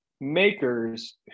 makers